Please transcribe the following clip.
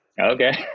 Okay